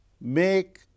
make